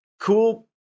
Cool